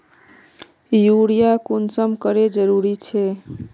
Urea कुंसम करे जरूरी छै?